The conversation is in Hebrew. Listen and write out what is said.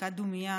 לדקת דומייה